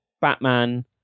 Batman